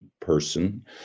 person